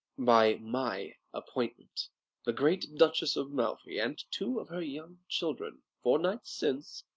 by my appointment the great duchess of malfi and two of her young children, four nights since,